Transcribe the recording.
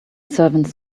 servants